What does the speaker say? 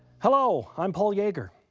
hello, i'm paul yeager.